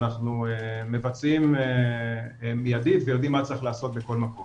אנחנו מבצעים מיידית ויודעים מה צריך לעשות בכל מקום